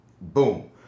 Boom